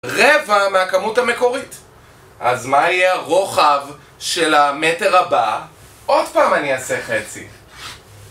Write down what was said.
רבע מהכמות המקורית אז מה יהיה הרוחב של המטר הבא? עוד פעם אני אעשה חצי